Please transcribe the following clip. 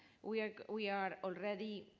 we are we are already